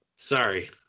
Sorry